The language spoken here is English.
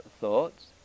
thoughts